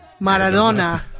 Maradona